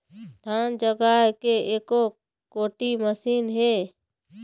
धान जगाए के एको कोठी मशीन हे?